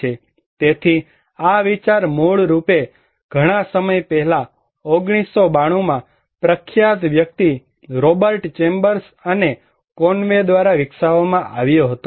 તેથી આ વિચાર મૂળરૂપે ઘણા સમય પહેલા 1992 માં પ્રખ્યાત વ્યક્તિ રોબર્ટ ચેમ્બર્સ અને કોનવે દ્વારા વિકસાવવામાં આવ્યો હતો